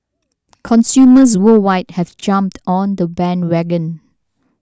consumers worldwide have jumped on the bandwagon